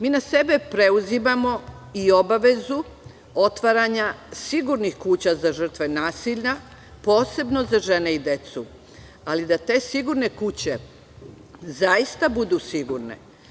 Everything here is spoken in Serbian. Mi na sebe preuzimamo i obavezu otvaranja sigurnih kuća za žrtve nasilja, posebno za žene i decu, ali da te sigurne kuće zaista budu sigurne.